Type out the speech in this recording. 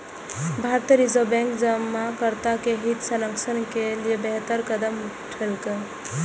भारतीय reserve bank जमाकर्ता के हित संरक्षण के लिए बेहतर कदम उठेलकै